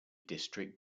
district